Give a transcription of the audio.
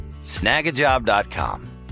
Snagajob.com